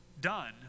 done